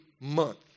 month